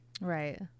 Right